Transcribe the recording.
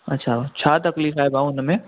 अच्छा छा तकलीफ़ आहे भाउ हुन में